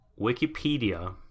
Wikipedia